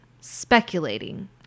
speculating